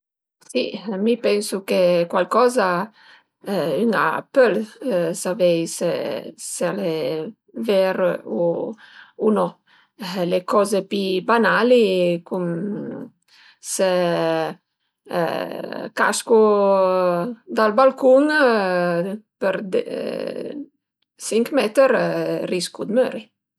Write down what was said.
Si mi pensu che cualcoza ün a pöl savei s'al e ver u no, le coze pi banali cum së cascu dal balcun për sinc meter riscu d'möri